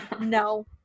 no